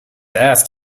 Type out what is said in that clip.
asked